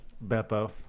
Beppo